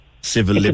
civil